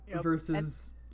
versus